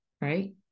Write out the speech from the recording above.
right